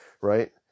right